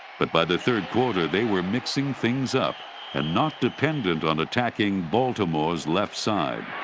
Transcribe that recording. but by the third quarter, they were mixing things up and not dependent on attacking baltimore's left side.